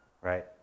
right